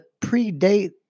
predate